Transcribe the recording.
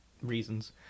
reasons